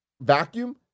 vacuum